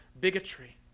bigotry